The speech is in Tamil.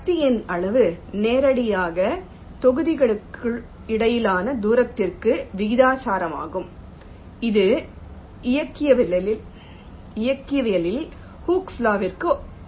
சக்தியின் அளவு நேரடியாக தொகுதிகளுக்கு இடையிலான தூரத்திற்கு விகிதாசாரமாகும் இது இயக்கவியலில் ஹுக்ஸ் லா Hook's law விற்கு ஒத்ததாகும்